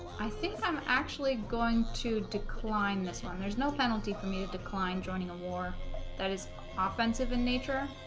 i think i'm actually going to decline this one there's no penalty for me to decline joining a war that is offensive in nature